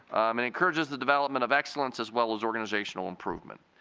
and encourages the development of excellence as well as organizational improvement.